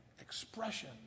expression